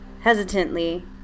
hesitantly